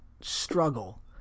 struggle